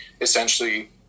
essentially